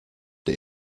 der